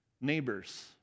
neighbors